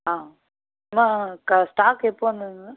ஆ stock எப்போ வந்ததுங்க